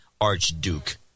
Archduke